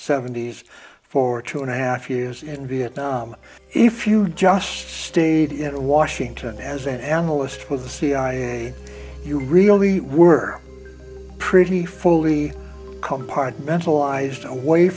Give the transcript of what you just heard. seventies for two and a half years in vietnam if you just stayed in washington as an analyst with the cia you real we were pretty fully compartmentalized away